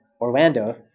Orlando